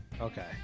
Okay